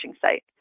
site